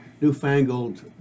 newfangled